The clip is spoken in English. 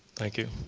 thank you.